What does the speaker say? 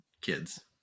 kids